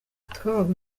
twabaga